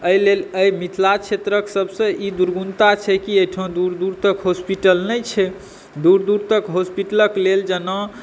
एहि लेल एहि मिथिला क्षेत्रक सभसे ई दुर्गुणता छै जे की एहिठाम दूर दूर तक हॉस्पिटल नहि छै दूर दूर तक हॉस्पिटलक लेल जाना